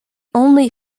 only